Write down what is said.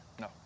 No